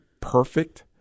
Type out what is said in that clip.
perfect